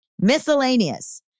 Miscellaneous